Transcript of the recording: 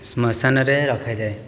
ଶ୍ମଶାନରେ ରଖାଯାଏ